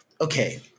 Okay